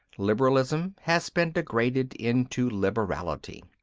liberalism has been degraded into liberality.